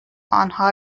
آنها